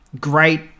great